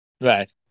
Right